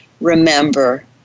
Remember